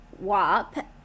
WAP